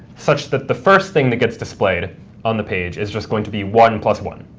such that the first thing that gets displayed on the page is just going to be one plus one.